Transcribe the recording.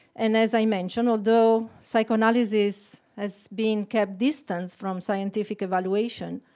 and as i mentioned, although psychoanalysis has been kept distant from scientific evaluation,